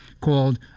called